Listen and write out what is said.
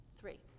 Three